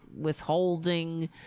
withholding